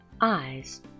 eyes